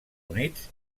units